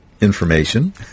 information